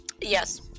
Yes